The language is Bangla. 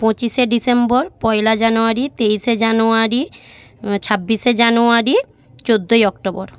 পঁচিশে ডিসেম্বর পয়লা জানুয়ারি তেইশে জানুয়ারি ছাব্বিশে জানুয়ারি চোদ্দই অক্টোবর